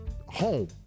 home